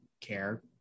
care